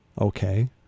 Okay